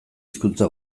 hizkuntza